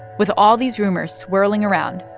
with all these rumors swirling around,